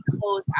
close